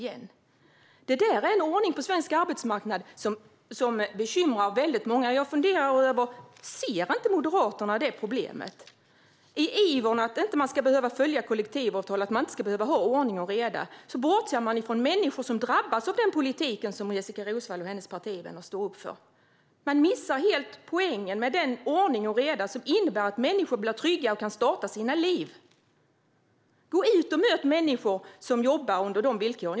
Den ordningen på svensk arbetsmarknad bekymrar väldigt många. Jag funderar över om Moderaterna inte ser det problemet. I ivern att företag inte ska behöva följa kollektivavtal och inte ha ordning och reda bortser man från människor som drabbas av den politik som Jessika Roswall och hennes partivänner står för. Man missar helt poängen med den ordning och reda som innebär att människor blir trygga och kan starta sina liv. Gå ut och möt människor som jobbar under de villkoren!